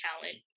talent